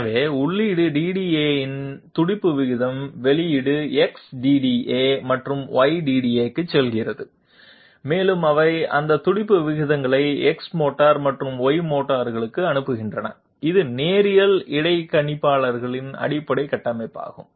எனவே உள்ளீடு DDA இன் துடிப்பு வீத வெளியீடு X DDA மற்றும் Y DDA க்குச் செல்கிறது மேலும் அவை அந்தந்த துடிப்பு விகிதங்களை X மோட்டார் மற்றும் Y மோட்டருக்கு அனுப்புகின்றன இது நேரியல் இடைக்கணிப்பாளரின் அடிப்படை கட்டமைப்பாகும்